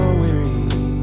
weary